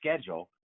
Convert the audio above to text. schedule